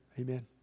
amen